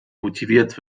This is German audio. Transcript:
motiviert